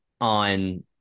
on